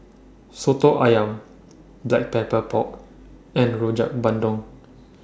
Soto Ayam Black Pepper Pork and Rojak Bandung